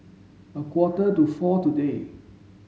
a quarter to four today